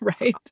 right